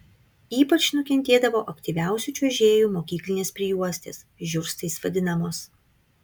ypač nukentėdavo aktyviausių čiuožėjų mokyklinės prijuostės žiurstais vadinamos